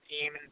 team